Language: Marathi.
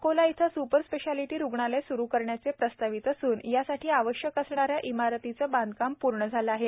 अकोला येथे स्पर स्पेशालिटी रुग्णालय स्रू करण्याचे प्रस्तावित असून यासाठी आवश्यक असणाऱ्या इमारतीचे बांधकाम प्र्ण झाले आहे